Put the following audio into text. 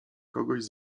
kogoś